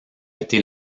été